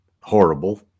horrible